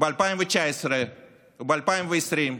ב-2019 וב-2020.